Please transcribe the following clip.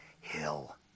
hill